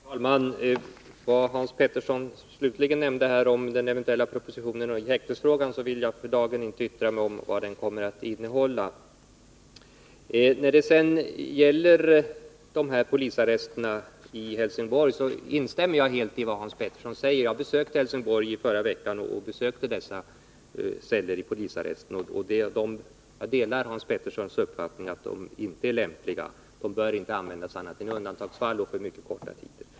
Herr talman! Hans Petersson omnämnde i slutet av sitt anförande den eventuella propositionen i häktesfrågan. Jag vill för dagen inte yttra mig om vad den kommer att innehålla. När det gäller polisarresterna i Helsingborg instämmer jag helt i vad Hans Petersson säger. Jag besökte i förra veckan Helsingborg och dessa celler i polisarresten, och jag delar Hans Peterssons uppfattning att de inte är lämpliga och inte bör användas annat än i undantagsfall, och då under mycket korta tider.